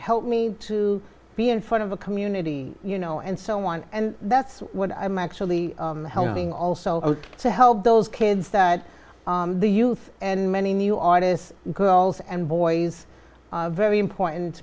help me to be in front of a community you know and so on and that's what i'm actually helping also to help those kids that the youth and many new artists girls and boys very important